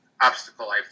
obstacle